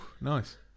nice